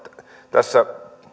tässä